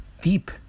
deep